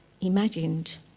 Imagined